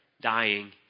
dying